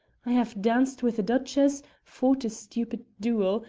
i have danced with a duchess, fought a stupid duel,